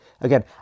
Again